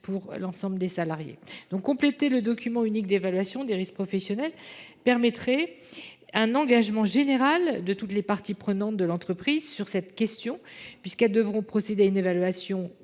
pour l’ensemble des salariés. Compléter le document unique d’évaluation des risques professionnels permettrait un engagement général de toutes les parties prenantes de l’entreprise sur cette question, puisque celles ci devraient procéder à une évaluation